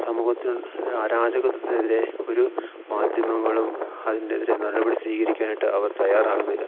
സമൂഹത്തിൽ ഉള്ള ആരാജകത്തത്തിനെതിരെ ഒരു മാധ്യമങ്ങളും അതിൻ്റെതിരെ നടപടി സ്വീകരിക്കാനായിട്ട് അവർ തയ്യാറാകുന്നില്ല